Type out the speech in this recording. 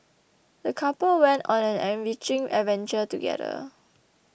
the couple went on an enriching adventure together